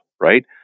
right